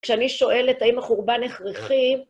כשאני שואלת האם החורבן הכרחי,